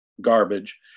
garbage